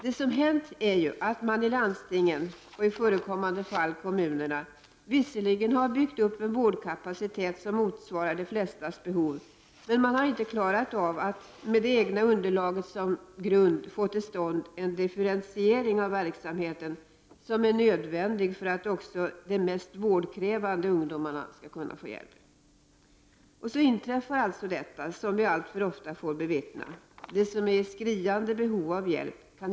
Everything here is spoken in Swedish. Det som hänt är ju att landstingen, och i förekommande fall kommunerna, visserligen har byggt upp en vårdkapacitet som motsvarar de flesta ungdomars behov men inte klarat av att med det egna underlaget som grund få till stånd den differentiering av verksamheten som är nödvändig för att också de mest vårdkrävande ungdomarna skall kunna ges hjälp. Då inträffar alltså det som vi alltför ofta får bevittna: samhället kan inte ta emot dem som är i skriande behov av hjälp.